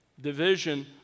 division